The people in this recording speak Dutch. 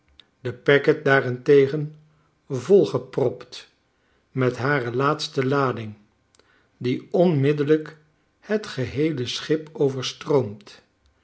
de packet daarentegen volgepropt met hare laatste lading die onmiddellijk het geheele schip overstroomt